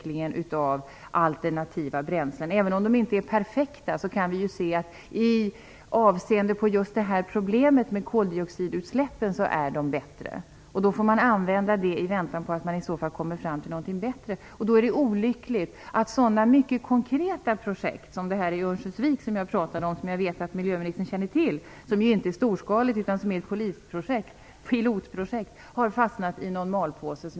Även om de alternativa bränslena inte är perfekta kan vi ju se att de i avseende på just det här problemet med koldioxidutsläppen är bättre. Då får man använda dem i väntan på att man kommer fram till någonting bättre. Då är det olyckligt att sådana mycket konkreta projekt som det i Örnsköldsvik som jag talade om - jag vet att miljöministern känner till det - och som ju inte är storskaligt utan ett pilotprojekt har fastnat i någon malpåse.